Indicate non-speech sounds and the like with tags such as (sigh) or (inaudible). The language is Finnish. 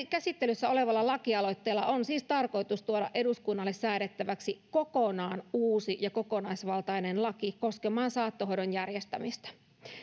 (unintelligible) käsittelyssä olevalla lakialoitteella on siis tarkoitus tuoda eduskunnalle säädettäväksi kokonaan uusi ja kokonaisvaltainen laki koskemaan saattohoidon järjestämistä